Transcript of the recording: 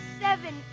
seven